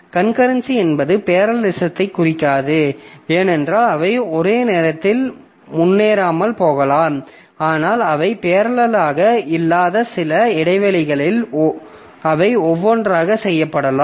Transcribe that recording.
concurrency என்பது பேரலலிசத்தைக் குறிக்காது ஏனென்றால் அவை ஒரே நேரத்தில் முன்னேறாமல் போகலாம் ஆனால் அவை பேரலல்லாக இல்லாத சில இடைவெளிகளில் அவை ஒவ்வொன்றாக செய்யப்படலாம்